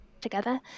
together